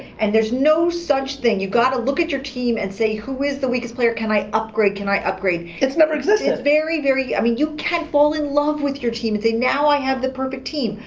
and there's no such thing. you've gotta look at your team and say, who is the weakest player, can i upgrade, can i upgrade? it's never existed. it's very, very, i mean, you can't fall in love with your team and say, now i have the perfect team.